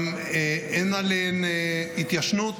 גם אין עליהן התיישנות,